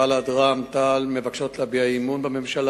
בל"ד ורע"ם-תע"ל מבקשים להביע אי-אמון בממשלה